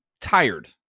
tired